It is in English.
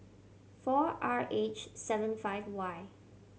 four R H seven five Y